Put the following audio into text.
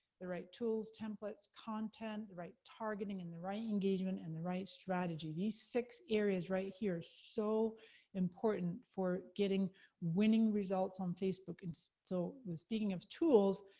the right tools, templates, content, the right targeting, and the right engagement, and the right strategy. these six areas, right here, so important for getting winning results on facebook. and so, with speaking of tools,